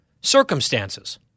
circumstances